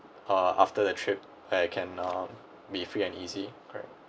uh after the trip I can uh be free and easy correct